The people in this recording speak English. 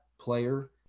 player